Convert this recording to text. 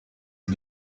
est